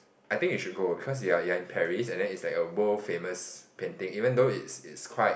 I think you should go because you're you're in Paris and then is like a world famous painting even though is is quite